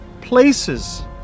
places